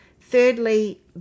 Thirdly